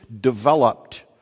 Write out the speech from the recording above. developed